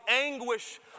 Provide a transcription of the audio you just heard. anguish